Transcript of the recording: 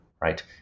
Right